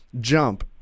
jump